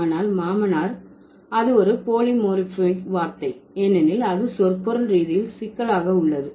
ஆனால் மாமனார் அது ஒரு போலிமோரிபமிக் வார்த்தை ஏனெனில் அது சொற்பொருள் ரீதியில் சிக்கலாக உள்ளது